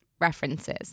references